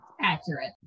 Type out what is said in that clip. Accurate